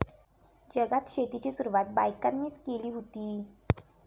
जगात शेतीची सुरवात बायकांनीच केली हुती